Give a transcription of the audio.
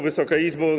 Wysoka Izbo!